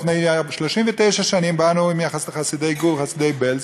לפני 39 שנים באנו, חסידי גור וחסידי בעלז,